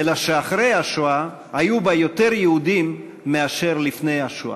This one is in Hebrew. אלא שאחרי השואה היו בה יותר יהודים מאשר לפני השואה,